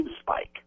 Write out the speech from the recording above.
spike